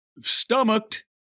stomached